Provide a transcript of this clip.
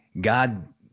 God